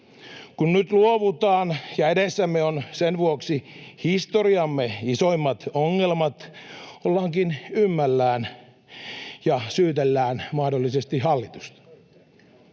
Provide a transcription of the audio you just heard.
Kun nyt luovutaan ja edessämme on sen vuoksi historiamme isoimmat ongelmat, ollaankin ymmällään ja syytellään mahdollisesti hallitusta.